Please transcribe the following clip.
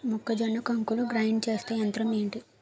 మొక్కజొన్న కంకులు గ్రైండ్ చేసే యంత్రం ఏంటి?